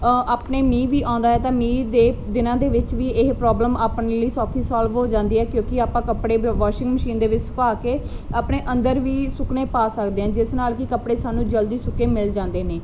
ਆਪਣੇ ਮੀਂਹ ਵੀ ਆਉਂਦਾ ਹੈ ਤਾਂ ਮੀਂਹ ਦੇ ਦਿਨਾਂ ਦੇ ਵਿੱਚ ਵੀ ਇਹ ਪ੍ਰੋਬਲਮ ਆਪਣੇ ਲਈ ਸੌਖੀ ਸੋਲਵ ਹੋ ਜਾਂਦੀ ਹੈ ਕਿਉਂਕਿ ਆਪਾਂ ਕੱਪੜੇ ਵਿਓ ਵਾਸ਼ਿੰਗ ਮਸ਼ੀਨ ਦੇ ਵਿੱਚ ਸੁਕਾ ਕੇ ਆਪਣੇ ਅੰਦਰ ਵੀ ਸੁੱਕਣੇ ਪਾ ਸਕਦੇ ਹਾਂ ਜਿਸ ਨਾਲ ਕਿ ਕੱਪੜੇ ਸਾਨੂੰ ਜਲਦੀ ਸੁੱਕੇ ਮਿਲ ਜਾਂਦੇ ਨੇ